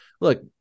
Look